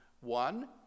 one